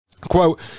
quote